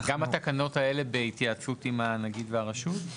גם התקנות האלה בהתייעצות עם הנגיד והרשות?